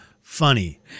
funny